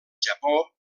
japó